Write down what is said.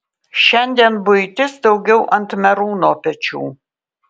šiandien buitis daugiau ant merūno pečių